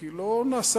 כי לא נעשתה,